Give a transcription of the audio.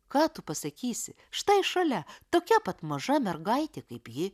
ką tu pasakysi štai šalia tokia pat maža mergaitė kaip ji